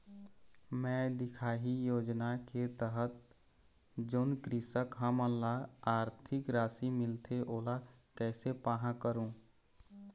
मैं दिखाही योजना के तहत जोन कृषक हमन ला आरथिक राशि मिलथे ओला कैसे पाहां करूं?